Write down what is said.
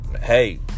hey